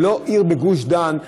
היא לא עיר בגוש דן,